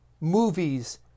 movies